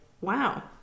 wow